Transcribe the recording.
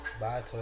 Bye